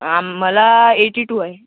आ मला eighty two आहे